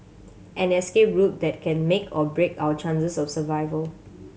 an escape route that can make or break our chances of survival